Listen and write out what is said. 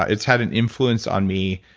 ah it's had an influence on me.